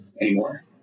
anymore